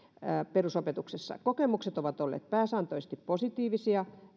perusopetuksessa kokemukset ovat olleet pääsääntöisesti positiivisia